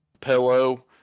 pillow